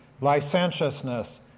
licentiousness